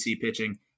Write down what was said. pitching